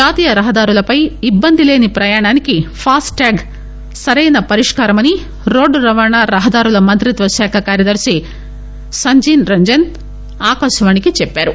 జాతీయ రహదారులపై ఇట్బందిలేని ప్రయాణినానికి ఫాస్ట్ టాగ్ సరైన పరిష్కారామని రోడ్డు రవాణా రహదారుల మంత్రిత్వ శాఖ కార్యదర్ని సంజీన్ రంజన్ ఆకాశవాణికి చెప్పారు